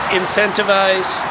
incentivize